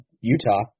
Utah